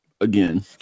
again